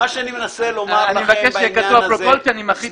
אני טוען שכל עניין שמדבר על